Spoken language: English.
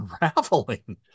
unraveling